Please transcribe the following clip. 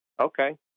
Okay